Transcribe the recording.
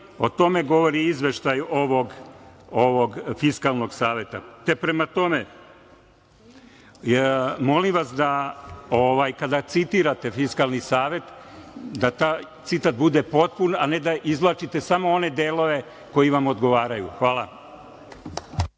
O tome govori i izveštaj Fiskalnog saveta. Prema tome, molim vas da kada citirate Fiskalni savet, da taj citat bude potpun, a ne da izvlačite samo one delove koji vam odgovaraju. Hvala.